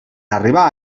arribar